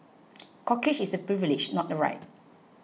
corkage is a privilege not a right